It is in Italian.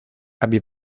abbi